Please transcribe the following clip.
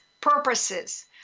purposes